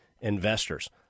investors